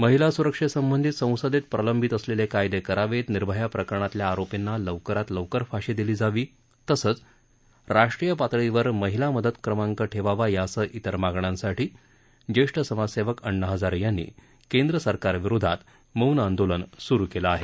महिला सुरक्षेसंबंधित संसदेत प्रलंबित असलेले कायदे करावेत निर्भया प्रकरणातल्या आरोपींना लवकरात लवकर फाशी दिली जावी तसंच राष्ट्रीय पातळीवर महिला मदत क्रमांक ठेवावा यांसह इतर मागण्यांसाठी जेष्ठ समाजसेवक अण्णा हजारे यांनी केंद्र सरकार विरोधात मौन आंदोलन सुरू केलं आहे